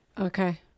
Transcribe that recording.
Okay